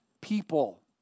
people